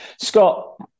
Scott